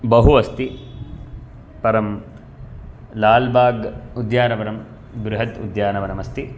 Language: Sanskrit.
बहु अस्ति परं लाल्बाग् उद्यानवनं बृहत् उद्यानवनम् अस्ति